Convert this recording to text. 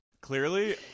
clearly